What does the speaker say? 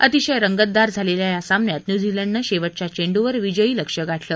अतिशय रंगतदार झालेल्या या सामन्यात न्यूझीलंडन शेवटच्या चेंडूवर विजयी लक्ष्य गाठलं